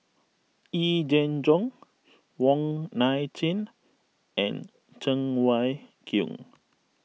Yee Jenn Jong Wong Nai Chin and Cheng Wai Keung